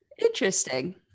Interesting